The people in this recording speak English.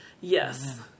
Yes